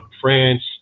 France